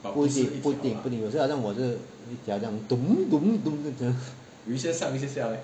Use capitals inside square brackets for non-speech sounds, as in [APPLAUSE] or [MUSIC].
不一定不一定不一定有时好像我是一条 [NOISE] 这样